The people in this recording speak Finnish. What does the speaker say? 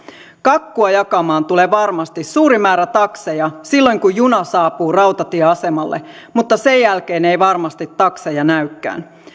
kakkua jakamaan tulee varmasti suuri määrä takseja silloin kun juna saapuu rautatieasemalle mutta sen jälkeen ei varmasti takseja näykään